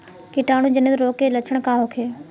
कीटाणु जनित रोग के लक्षण का होखे?